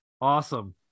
awesome